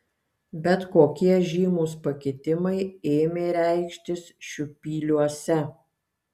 bet kokie žymūs pakitimai ėmė reikštis šiupyliuose